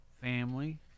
family